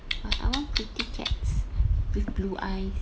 but I want pretty cats with blue eyes